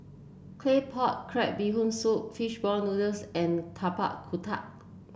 Claypot Crab Bee Hoon Soup fish ball noodles and Tapak Kuda